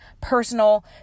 personal